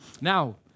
Now